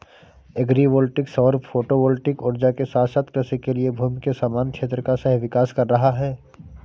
agree voltaic सौर photovoltaic ऊर्जा के साथ साथ कृषि के लिए भूमि के समान क्षेत्र का सह विकास कर रहा है